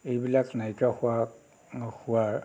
এইবিলাক নাইকিয়া হোৱাৰ হোৱাৰ